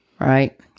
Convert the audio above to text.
right